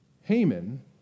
Haman